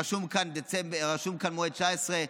רשום כאן מועד 2019,